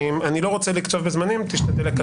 לא רוצה לקצוב זמנים, תשתדל לקצר.